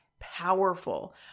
powerful